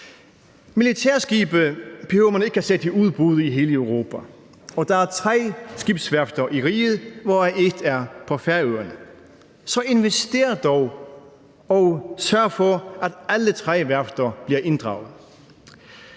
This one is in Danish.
Militærskibe behøver man ikke at sende i udbud i hele Europa, for der er tre skibsværfter i riget, hvoraf et er på Færøerne. Så investér dog og sørg for, at alle tre værfter bliver inddraget.